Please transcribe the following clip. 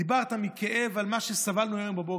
דיברת בכאב על מה שסבלנו ממנו היום בבוקר.